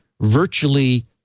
virtually